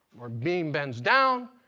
beam bends down?